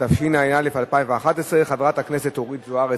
התשע"א 2011. חברת הכנסת אורית זוארץ,